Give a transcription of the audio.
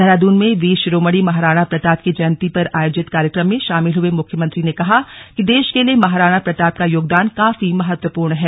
देहरादून में वीर शिरोमणि महाराणा प्रताप की जयंती पर आयोजित कार्यक्रम में शामिल हुए मुख्यमंत्री ने कहा कि देश के लिए महाराणा प्रताप का योगदान काफी महत्वपूर्ण है